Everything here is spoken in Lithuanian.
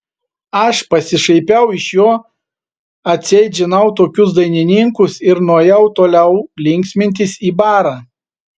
aš pasišaipiau iš jo atseit žinau tokius dainininkus ir nuėjau toliau linksmintis į barą